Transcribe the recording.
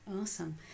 Awesome